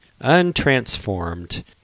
untransformed